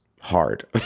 hard